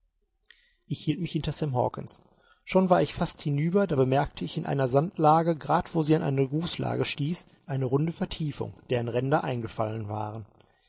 ich hielt mich hinter sam hawkens schon war ich fast hinüber da bemerkte ich in einer sandlage grad wo sie an eine gruslage stieß eine runde vertiefung deren ränder eingefallen waren